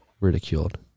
Ridiculed